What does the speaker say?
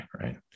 right